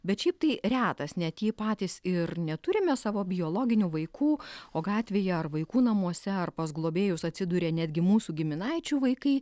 bet šiaip tai retas ne jei patys ir neturime savo biologinių vaikų o gatvėje ar vaikų namuose ar pas globėjus atsiduria netgi mūsų giminaičių vaikai